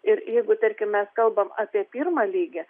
ir jeigu tarkim mes kalbam apie pirmą lygį